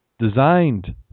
designed